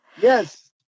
Yes